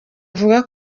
avuga